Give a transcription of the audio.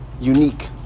unique